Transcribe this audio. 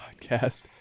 Podcast